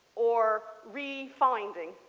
or refineding.